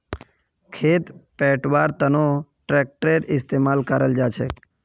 खेत पैटव्वार तनों ट्रेक्टरेर इस्तेमाल कराल जाछेक